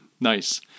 Nice